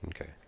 Okay